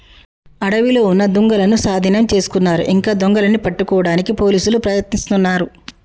అడవిలో ఉన్న దుంగలనూ సాధీనం చేసుకున్నారు ఇంకా దొంగలని పట్టుకోడానికి పోలీసులు ప్రయత్నిస్తున్నారు